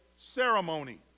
ceremony